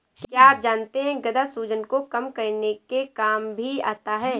क्या आप जानते है गदा सूजन को कम करने के काम भी आता है?